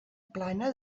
plana